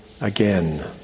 again